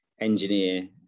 engineer